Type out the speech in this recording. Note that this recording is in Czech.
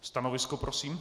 Stanovisko prosím.